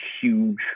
huge